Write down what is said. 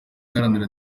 iharanira